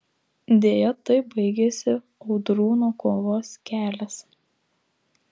deja taip baigėsi audrūno kovos kelias